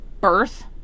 birth